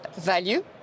value